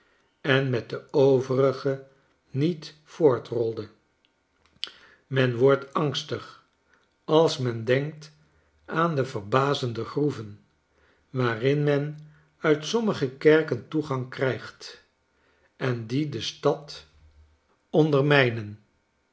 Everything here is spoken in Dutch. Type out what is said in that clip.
en met de overige niet voortrolde men wordt angstig als men denkt aan de verbazende groeven waarin men uit sommige kerken toegang krijgt en die de stad